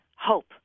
hope